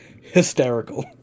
hysterical